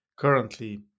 Currently